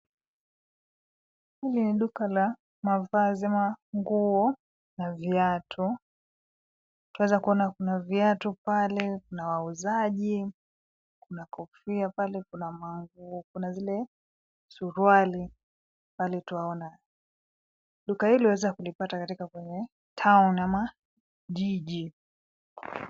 Hili ni duka la mavazi ama nguo na viatu. Twaweza kuona kuna viatu pale, kuna wauzaji, kuna kofia pale, kuna manguo, kuna zile suruali pale twaona. Duka hili waweza kulipata katika kwenye town ama jiji.